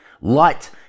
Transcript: Light